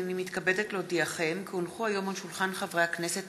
שעה 11:00 תוכן עניינים מסמכים שהונחו על שולחן הכנסת